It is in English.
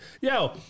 Yo